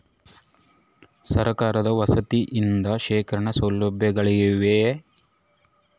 ಸರಕಾರದ ವತಿಯಿಂದ ಶೇಖರಣ ಸೌಲಭ್ಯಗಳಿವೆಯೇ?